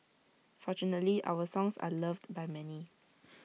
fortunately our songs are loved by many